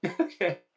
Okay